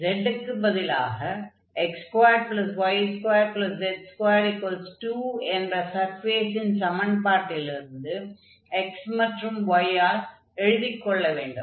z க்குப் பதிலாக x2y2z22 என்ற சர்ஃபேஸின் சமன்பாட்டிலிருந்து x மற்றும் y ல் எழுதிக் கொள்ள வேண்டும்